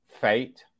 fate